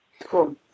cool